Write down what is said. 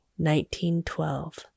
1912